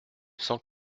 sans